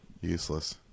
Useless